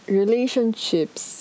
relationships